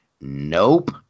Nope